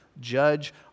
judge